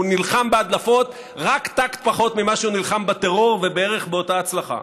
הוא נלחם בהדלפת רק ת"'ק פחות ממה שהוא נלחם בטרור ובערך באותה הצלחה.